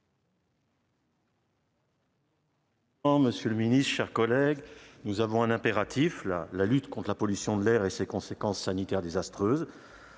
monsieur le ministre, mes chers collègues, nous avons un impératif : la lutte contre la pollution de l'air et ses conséquences sanitaires désastreuses.